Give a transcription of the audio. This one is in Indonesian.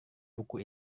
buku